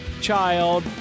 child